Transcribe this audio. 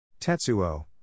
Tetsuo